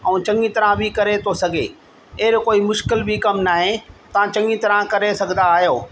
ऐं चङी तरह बि करे थो सघे एॾो कोई मुश्किल बि कमु न आहे तव्हां चङी तरह करे सघंदा आहियो